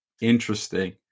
interesting